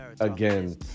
again